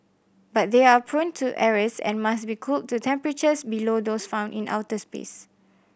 but they are prone to errors and must be cooled to temperatures below those found in outer space